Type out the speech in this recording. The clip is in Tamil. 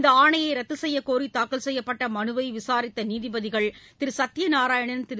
இந்த ஆணையை ரத்து செய்யக்கோரி தாக்கல் செய்யப்பட்ட மனுவை விசாரித்த நீதிபதிகள் திரு சத்தியநாராயணன் திரு